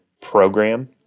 program